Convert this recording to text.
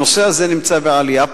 הנושא הזה נמצא בעלייה.